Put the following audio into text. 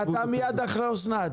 כן, אתה מיד אחרי אסנת.